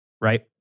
Right